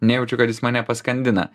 nejaučiu kad jis mane paskandina